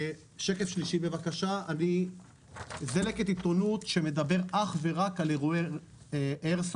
בשקף השלישי זה לקט עיתונות שמדבר אך ורק על אירועי איירסופט,